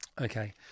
Okay